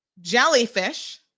jellyfish